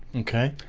okay?